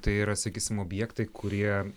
tai yra sakysim objektai kurie